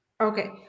Okay